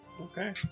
Okay